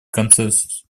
консенсус